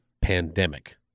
pandemic